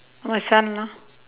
my son lor